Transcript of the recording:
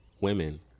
women